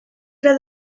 era